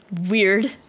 weird